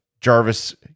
Jarvis